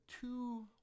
two